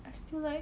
I still like